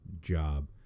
job